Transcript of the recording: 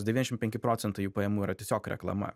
devyniašim penki procentai jų pajamų yra tiesiog reklama